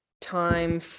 time